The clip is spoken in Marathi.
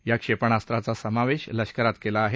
या क्षेपणास्राचा समावेश लष्करात केला आहे